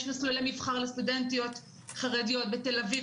יש מסלולי מבחר לסטודנטיות חרדיות בתל אביב,